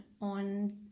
on